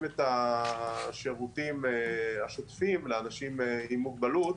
את השירותים השוטפים לאנשים עם מוגבלות,